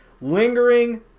lingering